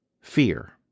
fear